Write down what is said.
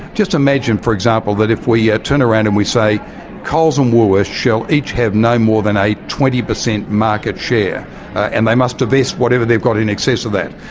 just imagine, for example, that if we ah turn around and we say coles and woolworths shall each have no more than a twenty percent market share and they must divest whatever they've got in excess of that.